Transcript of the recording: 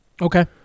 Okay